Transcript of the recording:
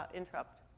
interrupt.